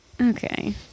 okay